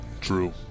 True